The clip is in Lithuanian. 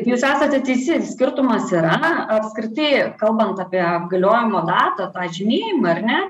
jūs esate teisi skirtumas yra apskritai kalbant apie galiojimo datą tą žymėjimą ar ne